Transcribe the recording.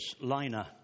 liner